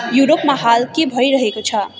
युरोपमा हाल के भइरहेको छ